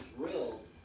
drilled